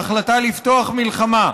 ההחלטה לפתוח במלחמה,